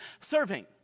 serving